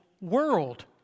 world